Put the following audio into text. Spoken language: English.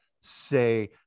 say